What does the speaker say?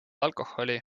alkoholi